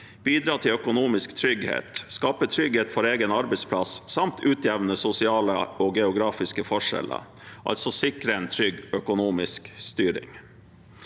bidra til økonomisk trygghet, skape trygghet for egen arbeidsplass og utjevne sosiale og geografiske forskjeller – altså sikre en trygg økonomisk styring.